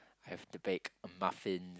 have to bake muffins